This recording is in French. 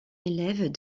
élève